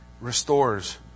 restores